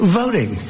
voting